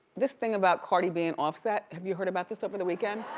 this thing about cardi b and offset, have you heard about this over the weekend?